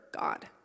God